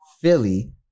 Philly